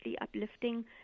uplifting